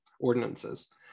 ordinances